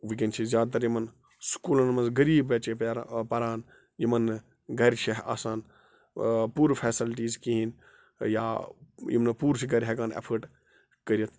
وٕکٮ۪ن چھِ زیادٕ تَر یِمَن سکوٗلَن منٛز غریٖب بَچے پیٛاران آ پَران یِمَن نہٕ گَرِ چھِ آسان پوٗرٕ فٮ۪سَلٹیٖز کِہیٖنۍ یا یِم نہٕ پوٗرٕ چھِ گَرِ ہٮ۪کان اٮ۪فٲٹ کٔرِتھ